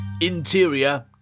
Interior